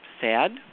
sad